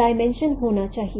dimension होना चाहिए